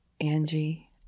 Angie